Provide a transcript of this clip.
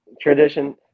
Tradition